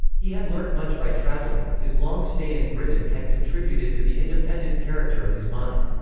he had learnt much by travelling his long stay in britain had contributed to the independent character of his mind.